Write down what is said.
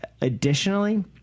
additionally